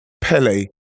Pele